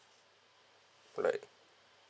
put like